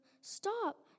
Stop